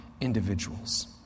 individuals